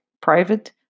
private